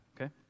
okay